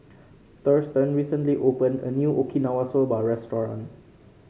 Thurston recently opened a new Okinawa Soba Restaurant